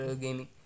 gaming